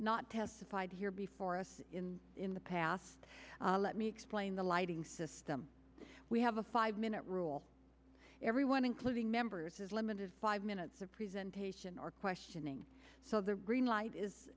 not testified here before us in in the past let me explain the lighting system we have a five minute rule everyone including members is limited five minutes of present patient or questioning so the green light is